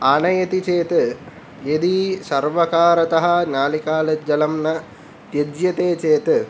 आनयति चेत् यदि सर्वकारतः नालिकाल जलं न युज्यते चेत्